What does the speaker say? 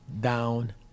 down